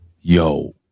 Yo